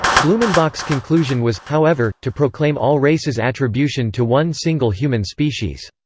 blumenbach's conclusion was, however, to proclaim all races' attribution to one single human species.